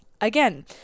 Again